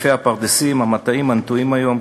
היקפי הפרדסים והמטעים הנטועים היום,